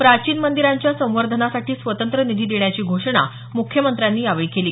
प्राचीन मंदिरांच्या संवर्धनासाठी स्वतंत्र निधी देण्याची घोषणा म्ख्यमंत्र्यांनी यावेळी केली